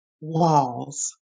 walls